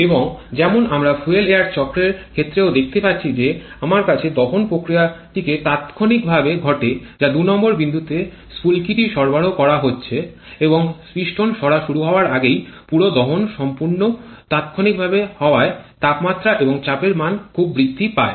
এবং যেমন আমরা ফুয়েল এয়ার চক্রের ক্ষেত্রে ও দেখতে পাচ্ছি তা আমার কাছে দহন প্রক্রিয়াটিকে তাত্ক্ষণিকভাবে ঘটে যা ২ নং বিন্দুতে স্ফুলকিটি সরবরাহ করা হচ্ছে এবং পিস্টন সরা শুরু হওয়ার আগেই পুরো দহন সম্পূর্ণ তাৎক্ষণিকভাবে হওয়ায় তাপমাত্রা এবং চাপের মান খুব বৃদ্ধি পায়